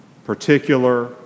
particular